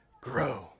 grow